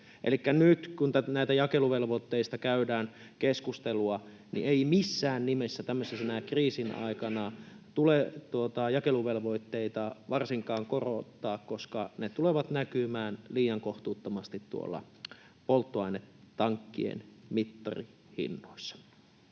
nyt kun näistä jakeluvelvoitteista käydään keskustelua, niin ei missään nimessä tämmöisenä kriisin aikana tule jakeluvelvoitteita varsinkaan korottaa, koska ne tulevat näkymään liian kohtuuttomasti tuolla polttoainetankkien mittarihinnoissa.